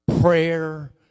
prayer